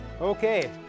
Okay